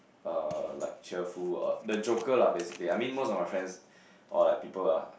uh like cheerful uh the joker lah basically I mean most of my friends or like people ah